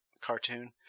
cartoon